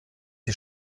die